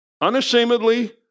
Unashamedly